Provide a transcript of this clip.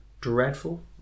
dreadful